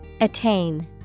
Attain